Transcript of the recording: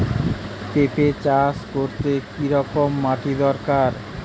পেঁপে চাষ করতে কি রকম মাটির দরকার?